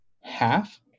half